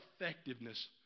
effectiveness